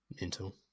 Mental